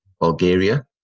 Bulgaria